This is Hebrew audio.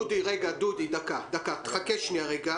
דודי, תחכה רגע.